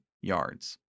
yards